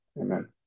Amen